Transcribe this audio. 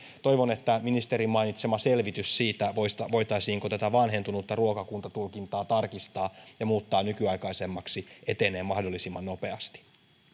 toivon että ministerin mainitsema selvitys siitä voitaisiinko tätä vanhentunutta ruokakuntatulkintaa tarkistaa ja muuttaa nykyaikaisemmaksi etenee mahdollisimman nopeasti